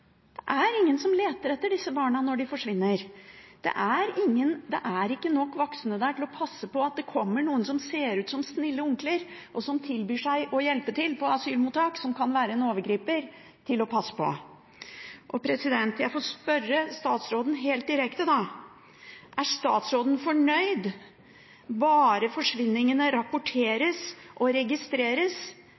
Det er ingen som leter etter disse barna når de forsvinner. Det er ikke nok voksne der til å passe på hvis det kommer noen som ser ut som snille onkler, som tilbyr seg å hjelpe til på asylmottak, og som kan være overgripere. Da får jeg spørre statsråden helt direkte. Er statsråden fornøyd bare forsvinningene rapporteres og registreres,